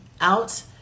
out